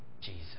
Jesus